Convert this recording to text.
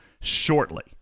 shortly